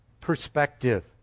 perspective